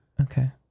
Okay